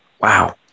Wow